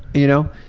you know,